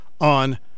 on